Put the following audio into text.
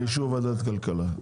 באישור ועדת כלכלה.